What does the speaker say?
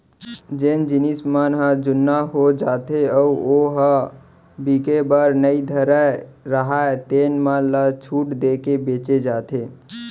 जेन जिनस मन ह जुन्ना हो जाथे अउ ओ ह बिके बर नइ धरत राहय तेन मन ल छूट देके बेचे जाथे